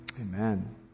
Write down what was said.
Amen